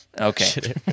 Okay